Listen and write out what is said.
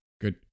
Good